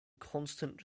constant